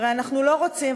הרי אנחנו לא רוצים,